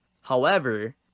however-